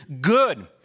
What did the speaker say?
good